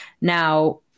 Now